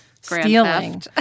stealing